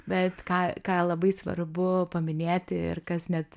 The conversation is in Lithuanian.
bet ką ką labai svarbu paminėti ir kas net